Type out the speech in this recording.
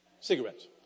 cigarettes